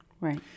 Right